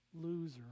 loser